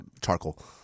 charcoal